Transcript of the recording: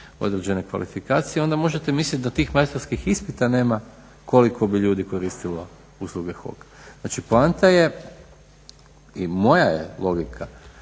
određene kvalifikacije onda možete misliti da tih majstorskih ispita nema koliko bi ljudi koristilo usluge HOK-a. Znači poanta je i moja je logika